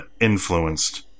influenced